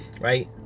right